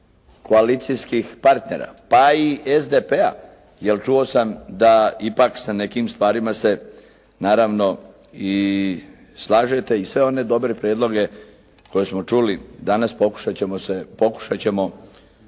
koalicijskih partnera, pa i SDP-a, jer čuo sam da ipak sa nekim stvarima se naravno i slažete i sve one dobre prijedloge koje smo čuli danas pokušat ćemo staviti